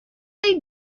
they